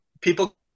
people